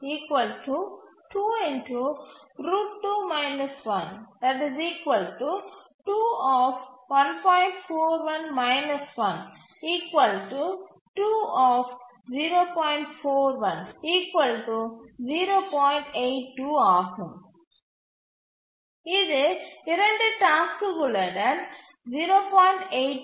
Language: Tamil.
1 இலிருந்து இது 2 டாஸ்க்குகளுடன் 0